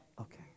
Okay